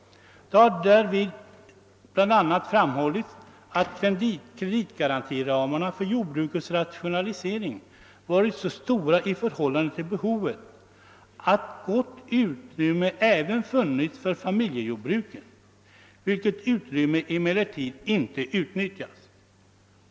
Det har därvid bl.a. framhållits att kreditgarantiramarna för jordbrukets rationalisering varit så vida i förhållande till behovet, att gott utrymme funnits även för familjejordbruken, ett utrymme som emellertid inte utnyttjas.